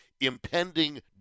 impending